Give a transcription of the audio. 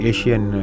Asian